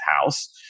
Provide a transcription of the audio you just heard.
house